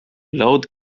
load